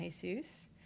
Jesus